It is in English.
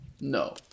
No